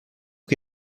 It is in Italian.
che